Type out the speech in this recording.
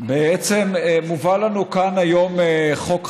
בעצם מובא לנו כאן, היום, חוק חדש,